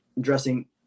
dressing